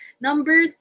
Number